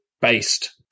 based